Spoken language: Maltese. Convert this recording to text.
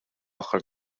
aħħar